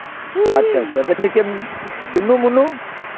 अच्छा अच्छा ते निक्के चुन्नू मुन्नू